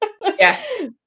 Yes